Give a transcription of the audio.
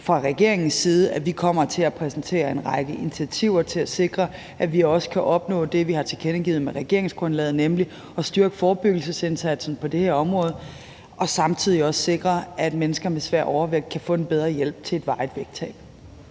fra regeringens side kommer til at præsentere en række initiativer til at sikre, at vi også kan opnå det, vi har tilkendegivet med regeringsgrundlaget, nemlig at styrke forebyggelsesindsatsen på det her område og samtidig også sikre, at mennesker med svær overvægt kan få en bedre hjælp til et varigt